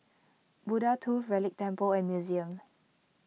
Buddha Tooth Relic Temple and Museum